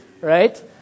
right